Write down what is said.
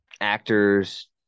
actors